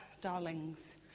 darlings